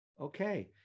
Okay